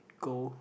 go